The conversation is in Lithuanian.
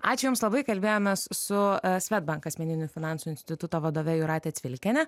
ačiū jums labai kalbėjomės su swedbank asmeninių finansų instituto vadove jūrate cvilikiene